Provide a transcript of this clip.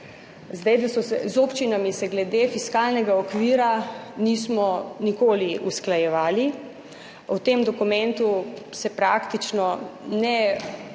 z občinami se glede fiskalnega okvira nismo nikoli usklajevali. O tem dokumentu se praktično ne,